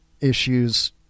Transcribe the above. issues